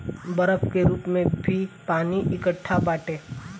बरफ के रूप में भी पानी एकट्ठा बाटे